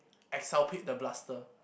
Exculpate the Blaster